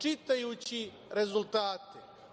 Čitajući rezultate.